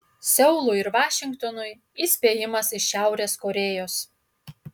seului ir vašingtonui įspėjimas iš šiaurės korėjos